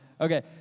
Okay